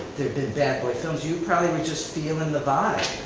there've been bad boy films, you probably were just feeling the vibe.